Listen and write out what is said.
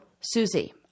Susie